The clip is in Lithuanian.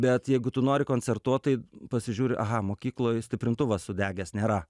bet jeigu tu nori koncertuot tai pasižiūri aha mokykloj stiprintuvas sudegęs nėra